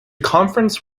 conference